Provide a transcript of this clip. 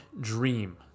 dream